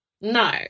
no